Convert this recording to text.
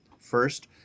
first